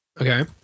Okay